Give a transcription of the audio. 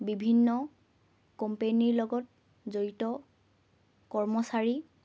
বিভিন্ন কোম্পেনীৰ লগত জড়িত কৰ্মচাৰী